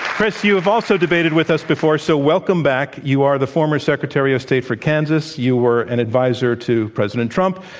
kris, you have also debated with us before, so welcome back. you are the former secretary of state for kansas. you were an adviser to president trump.